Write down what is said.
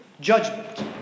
Judgment